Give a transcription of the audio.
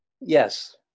Yes